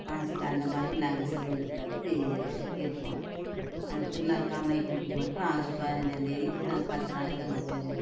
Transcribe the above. மனசில்ல அந்த மாதிரி நாங்கள் ஸ்ரீவைகுண்டத்தில் வந்து இருக்கோம் அந்த திருநாள் காமநாயக்கன்பட்டிக்கு மட்டும் ஆகஸ்ட் பதினஞ்சாம் தேதிக்கு நாங்கள் பத்து நாளைக்கு அங்கே போயிடுவோம்